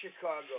Chicago